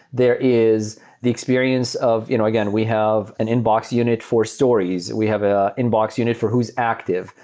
there is the experience of you know again, we have an inbox unit for stories. we have an inbox unit for who's active.